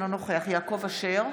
אינו נוכח יעקב אשר,